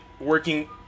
working